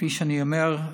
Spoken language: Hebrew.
כפי שאני אומר,